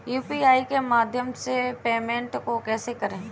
UPI के माध्यम से पेमेंट को कैसे करें?